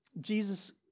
Jesus